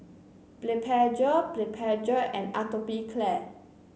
Blephagel Blephagel and Atopiclair